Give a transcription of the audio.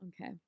Okay